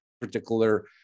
particular